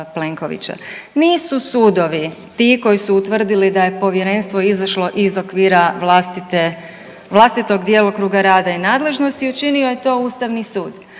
Plenkovića. Nisu sudovi ti koji su utvrdili da je povjerenstvo izašlo iz okvira vlastitog djelokruga rada i nadležnosti, učinio je to Ustavni sud.